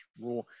raw